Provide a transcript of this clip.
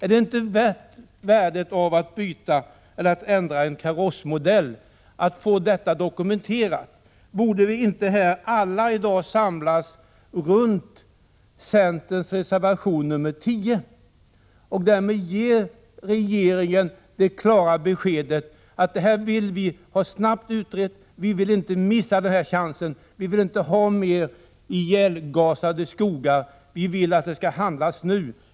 Är det inte värt att ändra en karossmodell och få ångdrivsystemets egenskaper dokumenterade? Borde vi inte alla samlas bakom centerns reservation 10 och därmed ge regeringen det klara beskedet att vi vill ha detta snabbt utrett, vi vill inte missa den här chansen, vi vill inte ha mera ihjälgasade skogar, utan vi vill att det skall handlas nu.